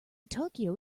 tokyo